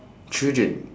children